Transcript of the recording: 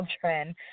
children